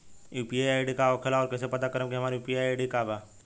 UPI ID का होखेला और कईसे पता करम की हमार यू.पी.आई आई.डी का बा?